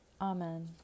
Amen